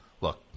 look